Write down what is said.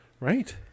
Right